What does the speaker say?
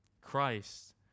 Christ